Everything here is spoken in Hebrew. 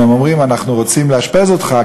והם אומרים: אנחנו רוצים לאשפז אותך,